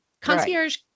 Concierge